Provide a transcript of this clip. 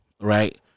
right